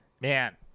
Man